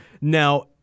Now